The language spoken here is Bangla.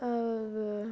ও